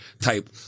type